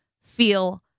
feel